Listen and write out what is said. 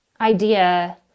idea